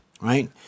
right